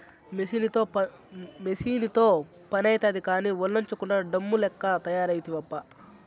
మెసీనుతో పనైతాది కానీ, ఒల్లోంచకుండా డమ్ము లెక్క తయారైతివబ్బా